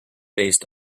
based